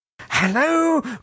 Hello